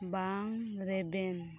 ᱵᱟᱝ ᱨᱮᱵᱮᱱ